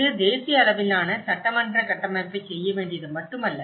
இது தேசிய அளவிலான சட்டமன்ற கட்டமைப்பைச் செய்ய வேண்டியது மட்டுமல்ல